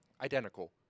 identical